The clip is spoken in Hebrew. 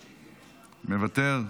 מוותר,